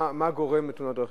מה גורם לתאונות דרכים?